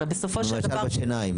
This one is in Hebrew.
הרי בסופו של דבר --- כלומר, למשל בשיניים.